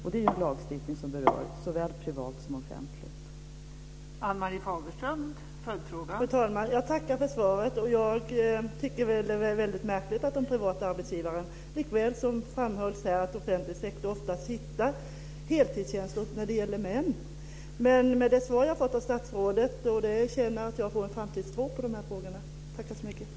Det är ju en lagstiftning som berör både den privata och den offentliga sektorn.